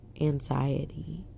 anxiety